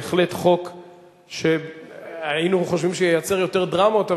בהחלט חוק שהיינו חושבים שייצר יותר דרמות,